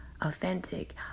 authentic